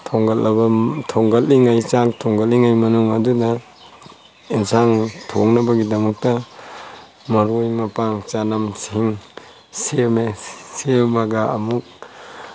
ꯊꯣꯡꯒꯠꯂꯕ ꯊꯣꯡꯒꯠꯂꯤꯉꯩ ꯆꯥꯛ ꯊꯣꯡꯒꯠꯂꯤꯉꯩ ꯃꯅꯨꯡ ꯑꯗꯨꯗ ꯏꯟꯁꯥꯡ ꯊꯣꯡꯅꯕꯒꯤꯗꯃꯛꯇ ꯃꯔꯣꯏ ꯃꯄꯥꯡ ꯆꯅꯝ ꯁꯤꯡ ꯁꯦꯝꯃꯦ ꯁꯦꯝꯃꯒ ꯑꯃꯨꯛ